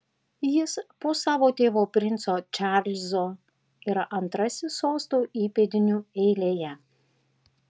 jis po savo tėvo princo čarlzo yra antrasis sosto įpėdinių eilėje